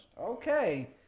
Okay